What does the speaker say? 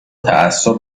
تعصب